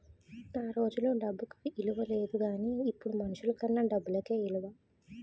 ఆ రోజుల్లో డబ్బుకి ఇలువ లేదు గానీ ఇప్పుడు మనుషులకన్నా డబ్బుకే ఇలువ